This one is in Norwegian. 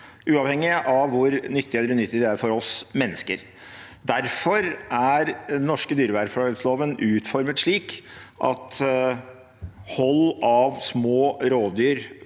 uavhengig av hvor nyttige eller unyttige de er for oss mennesker. Derfor er den norske dyrevelferdsloven utformet slik at hold av små rovdyr